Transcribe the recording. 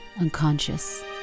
unconscious